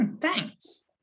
Thanks